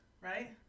right